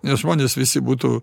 nes žmonės visi būtų